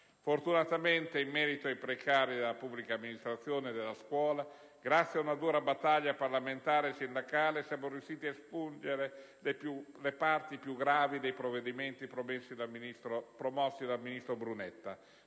Fortunatamente, in merito ai precari della pubblica amministrazione e della scuola, grazie ad una dura battaglia parlamentare e sindacale siamo riusciti ad espungere le parti più gravi dei provvedimenti promossi dal ministro Brunetta,